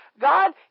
God